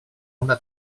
una